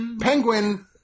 Penguin